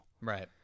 Right